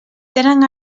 tenen